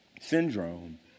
syndrome